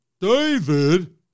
David